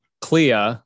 Clea